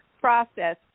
process